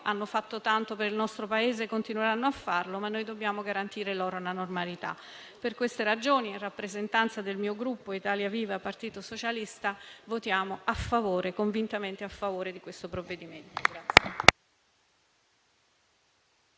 hanno fatto tanto per il nostro Paese e continueranno a farlo, ma noi dobbiamo garantire loro la normalità. Per queste ragioni, in rappresentanza del mio Gruppo Italia Viva-Partito Socialista, voteremo convintamente a favore del provvedimento.